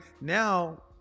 Now